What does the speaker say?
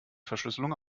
verschlüsselung